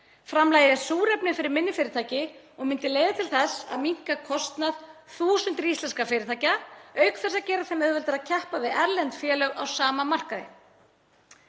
Framlagið er súrefni fyrir minni fyrirtæki og myndi leiða til þess að minnka kostnað þúsunda íslenskra fyrirtækja auk þess að gera þeim auðveldara að keppa við erlend félög á sama markaði.